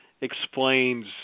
explains